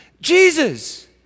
Jesus